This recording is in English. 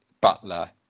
Butler